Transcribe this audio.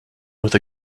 with